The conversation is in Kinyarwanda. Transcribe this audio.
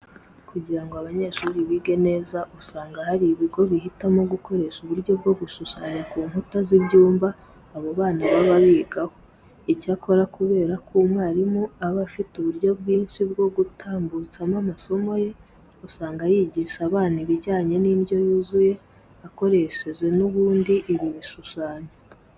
Kugira ngo abanyeshuri bige neza usanga hari ibigo bihitamo gukoresha uburyo bwo gushushanya ku nkuta z'ibyumba abo bana baba bigaho. Icyakora kubera ko umwarimu aba afite uburyo bwinshi bwo gutambutsamo amasomo ye, usanga yigisha abana ibijyanye n'indyo yuzuye akoresheje n'ubundi ibi bishushanyo.